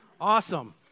Awesome